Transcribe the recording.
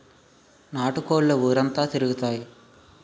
నాటు కోళ్లు ఊరంతా తిరుగుతాయి